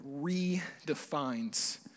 redefines